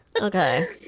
Okay